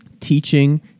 teaching